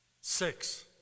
Six